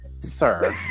Sir